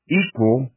equal